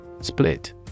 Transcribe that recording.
Split